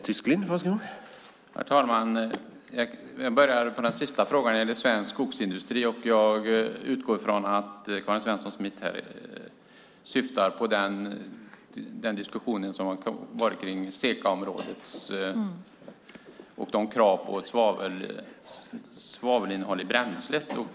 Herr talman! Jag börjar med den sista frågan, om svensk skogsindustri. Jag utgår ifrån att Karin Svensson Smith syftar på diskussionen om SECA-området och kraven på svavelinnehåll i bränslet.